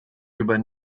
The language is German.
über